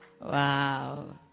Wow